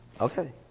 Okay